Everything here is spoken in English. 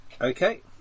Okay